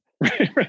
Right